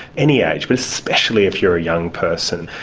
any age, but especially if you are a young person,